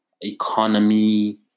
economy